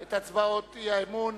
על הצעות האי-אמון